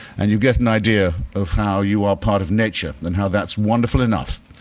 and you get an idea of how you are part of nature, and how that's wonderful enough.